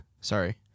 Sorry